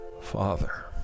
Father